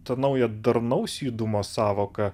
tą naują darnaus judumo sąvoką